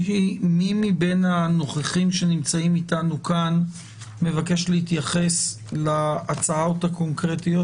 מי מבין הנוכחים שנמצאים איתנו כאן מבקש להתייחס להצעות הקונקרטיות,